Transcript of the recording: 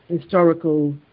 historical